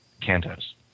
cantos